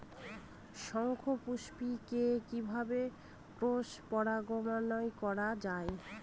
শঙ্খপুষ্পী কে কিভাবে ক্রস পরাগায়ন করা যায়?